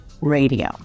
radio